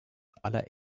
aller